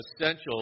essential